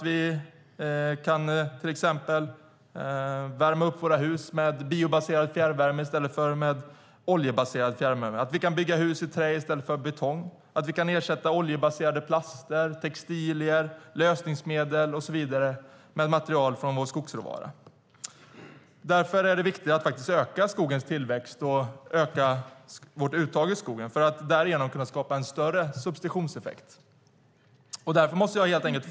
Vi kan till exempel värma upp våra hus med biobaserad fjärrvärme i stället för med oljebaserad fjärrvärme. Vi kan bygga hus i trä i stället för betong. Vi kan ersätta oljebaserade plaster, textilier, lösningsmedel och så vidare med material från vår skogsråvara. Därför är det viktigt att öka skogens tillväxt och vårt uttag ur skogen för att därigenom kunna skapa en större substitutionseffekt. Jens Holm!